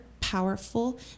powerful